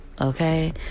Okay